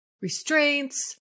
Restraints